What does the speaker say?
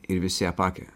ir visi apakę